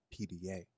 PDA